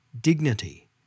dignity